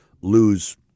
lose